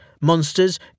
Monsters